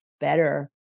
better